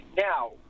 Now